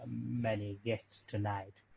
many guests tonight.